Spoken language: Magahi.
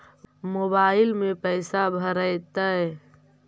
मोबाईल में पैसा भरैतैय?